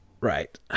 Right